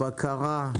בקרה,